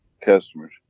customers